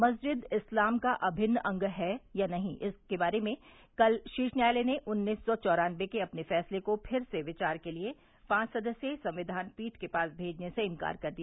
मस्जिद इस्लाम का अमिन्न अंग है या नहीं के बारे में कल शीर्ष न्यायालय ने उन्नीस सौ चौरान्नबे के अपने फैसले को फिर से विचार के लिए पांच सदस्थीय संक्विान पीठ के पास मेजने से इंकार कर दिया